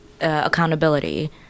accountability